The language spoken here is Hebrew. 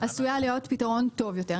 עשויה להיות פתרון טוב יותר.